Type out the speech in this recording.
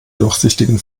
durchsichtigen